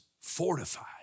fortified